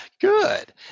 Good